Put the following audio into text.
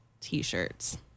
t-shirts